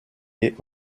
est